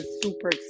super